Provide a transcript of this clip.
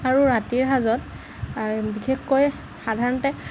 আৰু ৰাতিৰ সাঁজত বিশেষকৈ সাধাৰণতে